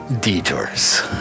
detours